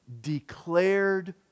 declared